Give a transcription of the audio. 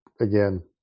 again